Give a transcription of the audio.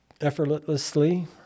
effortlessly